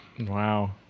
wow